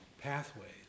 pathways